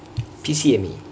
P_C_M_E